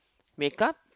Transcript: make up